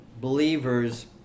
believers